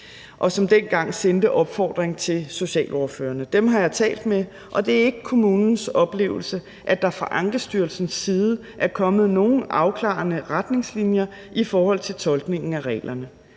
og som dengang sendte opfordringen til socialordførerne. Dem har jeg talt med, og det er ikke kommunens oplevelse, at der fra Ankestyrelsens side er kommet nogen afklarende retningslinjer i forhold til tolkningen af reglerne.